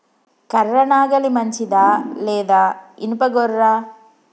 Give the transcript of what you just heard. కర్ర నాగలి మంచిదా లేదా? ఇనుప గొర్ర?